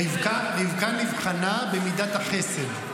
רבקה נבחנה במידת החסד.